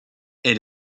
elle